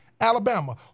Alabama